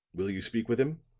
will you speak with him?